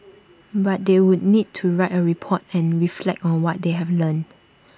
but they would need to write A report and reflect on what they have learnt